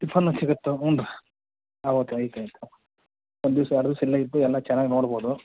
ಟಿಫಾನು ಸಿಗತ್ತೆ ಹ್ಞೂ ರೀ ಓಕೆ ಐತೆ ಇಲ್ಲಿ ಒಂದಿವಸ ಎರಡು ದಿವಸ ಇಲ್ಲೆ ಇದ್ದು ಎಲ್ಲ ಚೆನ್ನಾಗಿ ನೋಡ್ಬೋದು